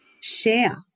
share